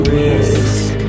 risk